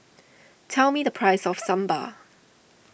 tell me the price of Sambar